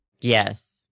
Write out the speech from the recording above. Yes